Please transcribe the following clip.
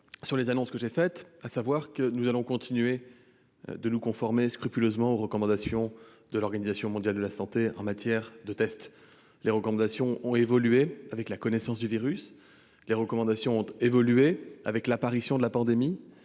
sur les annonces que j'ai faites. Nous allons continuer de nous conformer scrupuleusement aux recommandations de l'Organisation mondiale de la santé en matière de tests. Les recommandations ont évolué avec la connaissance du virus, les recommandations ont évolué avec l'apparition de la pandémie,